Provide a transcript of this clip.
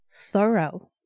thorough